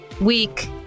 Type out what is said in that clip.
week